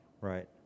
Right